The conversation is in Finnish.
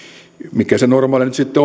mikä se normaali nyt sitten